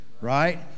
right